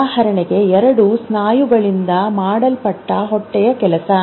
ಉದಾಹರಣೆಗೆ 2 ಸ್ನಾಯುಗಳಿಂದ ಮಾಡಲ್ಪಟ್ಟ ಹೊಟ್ಟೆಯ ಕೆಲಸ